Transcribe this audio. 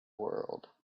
world